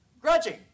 grudging